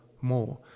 more